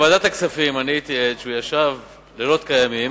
בוועדת הכספים אני הייתי עד לזה שהוא ישב לילות כימים